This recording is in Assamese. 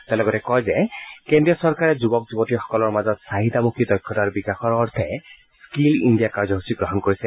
তেওঁ লগতে কয় যে কেন্দ্ৰীয় চৰকাৰে যুৱক যুৱতীসকলৰ মাজত চাহিদামুখী দক্ষতাৰ বিকাশৰ অৰ্থে স্মীল ইণ্ডিয়া কাৰ্যসূচী গ্ৰহণ কৰিছে